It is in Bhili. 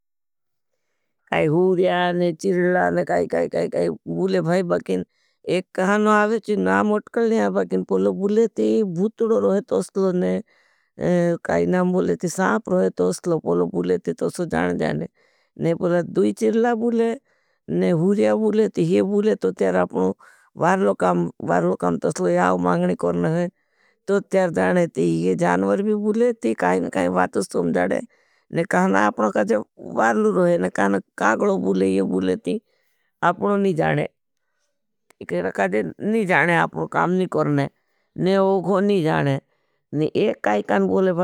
काई हूर्या और चिरला और काई-काई-काई-काई बूले भाई बाकिन। एक कहानों आ वेची, नाम अटकल नहीं आ बाकिन। पोलो बूले ती, भूतुड़ो रोहे तोसलो ने। काई नाम बूले ती, साप रोहे तोसलो पोलो बूले ती, तोसलो जान जाने। दू चिरला बूले ती, हूर्या बूले ती, यह बूले तोसलो आपनों बारलो काम तोसलो याव मांगनी करने है। तोसलो जाने ती, यह जानवर भी बूले ती, काईन काई बातों समझाडे। ती का ना अपनों को जो वरलो रोहे ना हूर्या बूले ती, यह बूले ती अपड़ो नी जाने। ती का ना आपना जाने हूर्या बूले ती, यह बूले ती, काईन बात बूले।